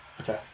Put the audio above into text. Okay